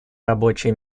рабочие